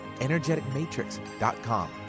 energeticmatrix.com